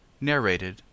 Narrated